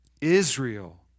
Israel